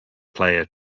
player